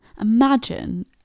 Imagine